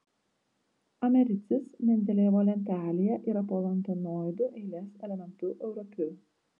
americis mendelejevo lentelėje yra po lantanoidų eilės elementu europiu